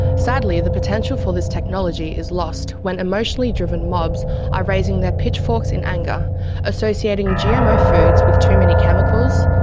sadly, the potential for this technology is lost when emotionally driven mobs are raising their pitch forks in anger associating associating gmo foods with too many chemicals,